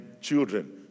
children